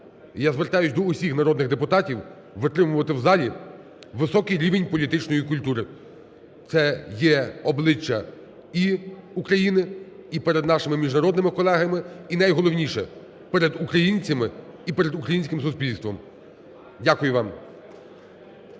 я звертаюсь до всіх народних депутатів витримувати в залі високий рівень політичної культури. Це є обличчя і України, і перед нашими міжнародними колегами, і найголовніше, перед українцями, і перед українським суспільством. Дякую вам.